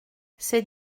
ces